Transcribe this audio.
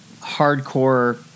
hardcore